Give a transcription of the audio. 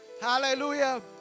Hallelujah